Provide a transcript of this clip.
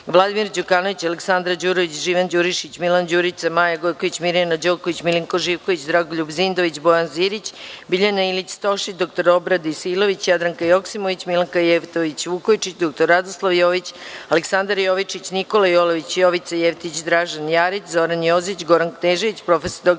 Vladimir Đukanović, Aleksandra Đurović, Živan Đurišić, Milan Đurica, Maja Gojković, Mirjana Đoković, Milinko Živković, Dragoljub Zindović, Bojan Zirić, Biljana Ilić Stošić, dr Obrad Isailović, Jadranka Joksimović, Milanka Jevtović Vukojčić, dr Radoslav Jović, Aleksandar Jovičić, Nikola Jolović, Jovica Jevtić, Dražen Jarić, Zoran Jozić, Goran Knežević, prof. dr